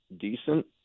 decent